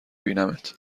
بینمت